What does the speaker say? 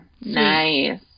nice